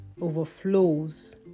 overflows